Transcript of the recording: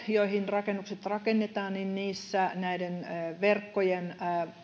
joihin rakennukset rakennetaan näiden verkkojen